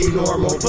normal